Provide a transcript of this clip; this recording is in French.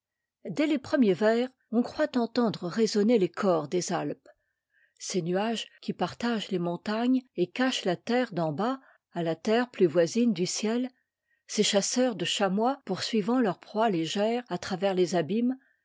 dès les premiers vers on croit entendre résonner les cors des alpes ces nuages qui partagent les montagnes et cachent la terre d'en bas à la terre plus voisine du ciel ces chasseurs de chamois poursuivant leur proie légère à travers les abîmes